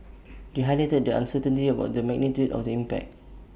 they highlighted the uncertainty about the magnitude of the impact